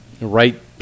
right